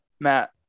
Matt